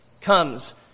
comes